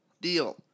deal